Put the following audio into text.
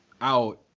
out